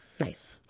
Nice